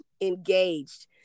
engaged